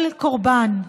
כל קורבן,